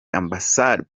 ambassador’s